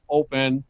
open